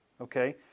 Okay